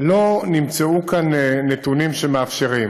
לא נמצאו כאן נתונים שמאפשרים,